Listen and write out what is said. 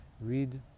Read